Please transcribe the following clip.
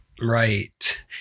Right